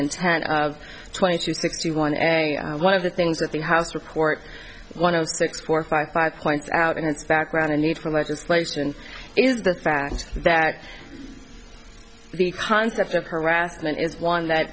intent of twenty two sixty one one of the things that the house report one of six point five five points out in its background a need for legislation is the fact that the concept of harassment is one